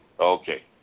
Okay